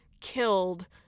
killed